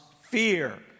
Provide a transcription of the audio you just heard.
fear